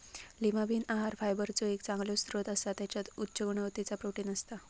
Lima bean आहार फायबरचो एक चांगलो स्त्रोत असा त्याच्यात उच्च गुणवत्तेचा प्रोटीन असता